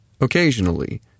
Occasionally